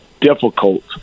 difficult